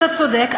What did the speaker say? אתה צודק,